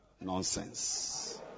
nonsense